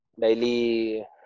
daily